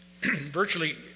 virtually